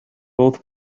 both